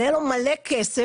היה לו מלא כסף,